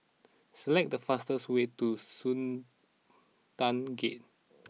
select the fastest way to Sultan Gate